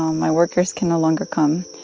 um my workers can no longer come,